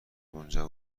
اونجا